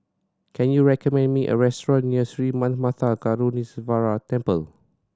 can you recommend me a restaurant near Sri Manmatha Karuneshvarar Temple